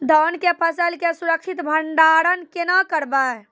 धान के फसल के सुरक्षित भंडारण केना करबै?